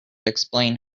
explain